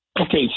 Okay